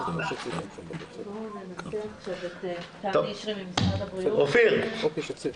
ח"כ אופיר סופר בבקשה.